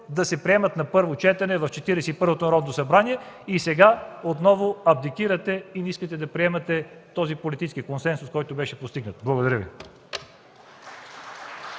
да се приемат на първо четене в Четиридесет и първото Народно събрание и сега отново абдикирате и не искате да приемете този политически консенсус, който беше постигнат. Благодаря Ви.